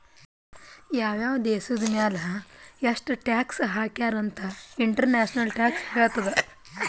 ಯಾವ್ ಯಾವ್ ದೇಶದ್ ಮ್ಯಾಲ ಎಷ್ಟ ಟ್ಯಾಕ್ಸ್ ಹಾಕ್ಯಾರ್ ಅಂತ್ ಇಂಟರ್ನ್ಯಾಷನಲ್ ಟ್ಯಾಕ್ಸ್ ಹೇಳ್ತದ್